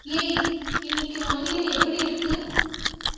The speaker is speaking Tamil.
ஏய் இன்றைக்கு வானிலை எப்படி இருக்குது